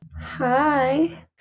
Hi